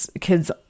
kids